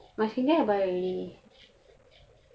my skin care I buy already